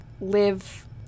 live